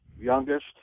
youngest